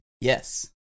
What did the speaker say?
Yes